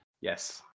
Yes